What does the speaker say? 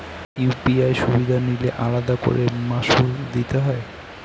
UPI সুবিধা নিলে আলাদা করে মাসুল দিতে হয়?